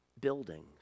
buildings